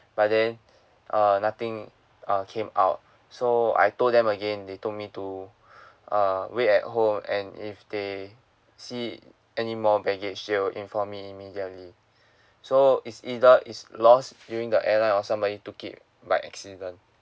but then uh nothing uh came out so I told them again they told me to uh wait at home and if they see anymore baggage they'll inform immediately so is either is lost during the airline or somebody took it by accident